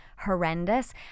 horrendous